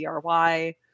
DRY